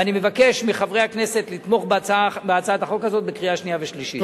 ואני מבקש מחברי הכנסת לתמוך בהצעת החוק הזאת בקריאה שנייה ושלישית.